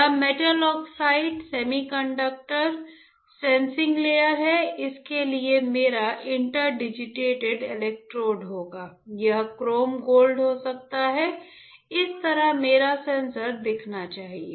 यह metal oxide semiconductor sensing layer है इसके लिए मेरा इंटर डिजिटेटेड इलेक्ट्रोड होगा यह क्रोम गोल्ड हो सकता है इस तरह मेरा सेंसर दिखना चाहिए